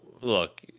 look